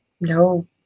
no